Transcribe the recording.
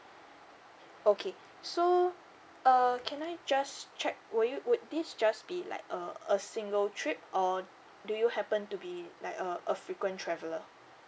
okay so uh can I just check would you would this just be like a a single trip or do you happen to be like a a frequent traveller